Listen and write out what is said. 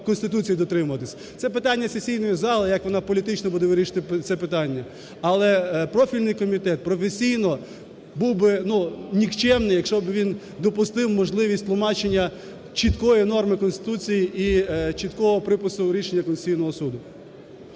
Це питання сесійної зали, як вона політично буде вирішувати це питання? Але профільний комітет професійно був би нікчемний, якщо б він допустив можливість тлумачення чіткої норми Конституції і чіткого припису рішення Конституційного Суду.